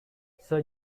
sir